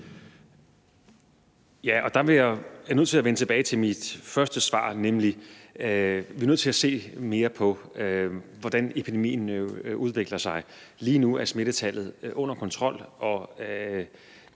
jeg nødt til at vende tilbage til mit første svar, nemlig at vi er nødt til at se mere på, hvordan epidemien udvikler sig. Lige nu er smittetallet under kontrol, og